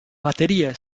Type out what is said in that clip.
baterías